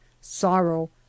sorrow